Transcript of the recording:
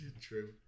True